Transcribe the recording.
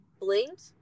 blinked